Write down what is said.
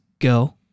Go